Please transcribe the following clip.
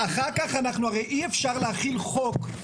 אחר כך, אנחנו הרי אי אפשר להחיל חוק.